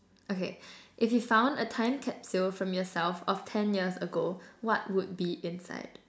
okay if you found a time capsule from yourself of ten years ago what would be inside